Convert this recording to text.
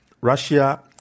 Russia